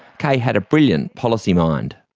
kaye had a brilliant policy mind.